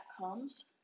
comes